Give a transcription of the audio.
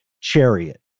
chariot